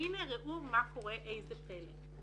והנה ראו מה קורה, איזה פלא.